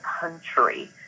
country